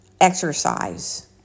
exercise